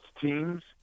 teams